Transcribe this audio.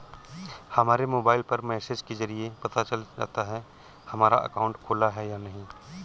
हमारे मोबाइल पर मैसेज के जरिये पता चल जाता है हमारा अकाउंट खुला है या नहीं